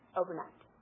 overnight